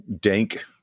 dank